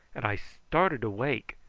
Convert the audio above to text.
and i started awake,